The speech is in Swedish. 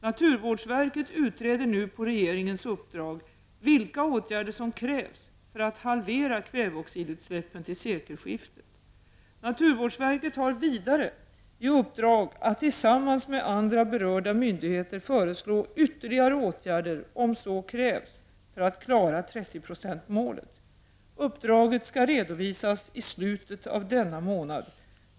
Naturvårdsverket utreder nu på regeringens uppdrag vilka åtgärder som krävs för att halvera kväveoxidutsläppen till sekelskiftet. Naturvårdsverket har vidare i uppdrag att tillsammans med andra berörda myndigheter föreslå ytterligare åtgärder om så krävs för att klara 30-procentmålet. Uppdraget skall redovisas i slutet av denna månad.